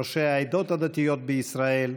ראשי העדות הדתיות בישראל,